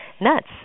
nuts